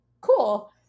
cool